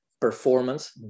performance